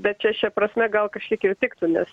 bet čia šia prasme gal kažkiek ir tiktų nes